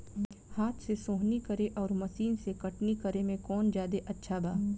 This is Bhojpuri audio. हाथ से सोहनी करे आउर मशीन से कटनी करे मे कौन जादे अच्छा बा?